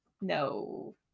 no